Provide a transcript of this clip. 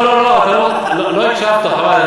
לא לא לא, לא הקשבת, חבל.